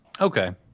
Okay